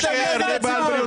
בריאות